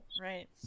right